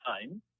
time